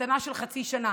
המתנה של חצי שנה.